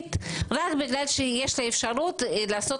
הציבורית רק בגלל שיש לה אפשרות לעשות